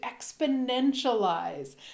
exponentialize